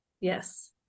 Yes